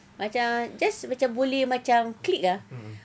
macam just macam boleh macam click ah